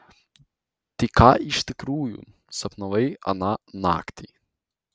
tai ką iš tikrųjų sapnavai aną naktį